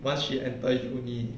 once she enter uni